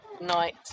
night